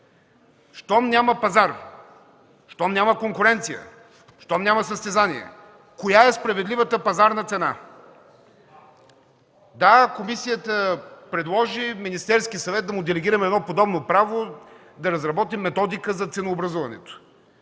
Щом няма пазар, щом няма конкуренция, щом няма състезание коя е справедливата пазарна цена? (Реплики от КБ.) Да, комисията предложи на Министерския съвет да му делегираме едно подобно право да разработи методика за ценообразуването.